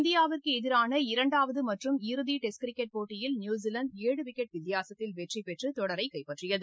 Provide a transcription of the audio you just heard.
இந்தியாவிற்கு எதிரான இரண்டாவது மற்றும் இறுதி டெஸ்ட் கிரிக்கெட் போட்டியில் நியூசிலாந்து ஏழு விக்கெட் வித்தியாசத்தில் வெற்றி பெற்று தொடரை கைப்பற்றியது